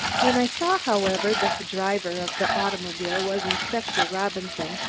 when i saw, however, that the driver of the automobile was inspector robinson,